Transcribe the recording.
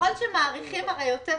ככל שמאריכים יותר ויותר,